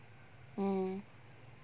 mm mm